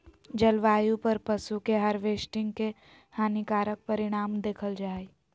जलवायु पर पशु के हार्वेस्टिंग के हानिकारक परिणाम देखल जा हइ